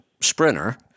Sprinter